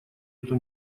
эту